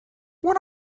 what